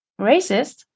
racist